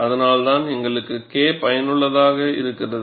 அதனால்தான் எங்களுக்கு K பயனுள்ளதாக இருக்கிறது